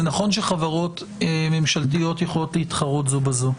זה נכון שחברות ממשלתיות יכולות להתחרות זו בזו.